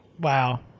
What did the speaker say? Wow